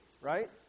right